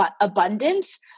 abundance